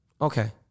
Okay